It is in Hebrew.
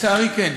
לצערי כן.